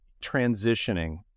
transitioning